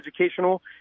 educational